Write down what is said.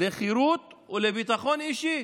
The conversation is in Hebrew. לחירות ולביטחון אישי",